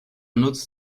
nutzt